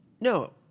No